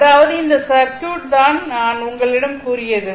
அதாவது இந்த சர்க்யூட் தான் நான் உங்களிடம் கூறியது